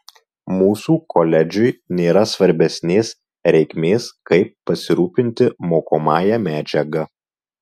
mūsų koledžui nėra svarbesnės reikmės kaip pasirūpinti mokomąja medžiaga